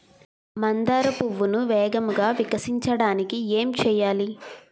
మందార పువ్వును వేగంగా వికసించడానికి ఏం చేయాలి?